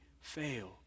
fail